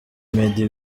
meddy